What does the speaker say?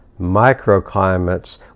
microclimates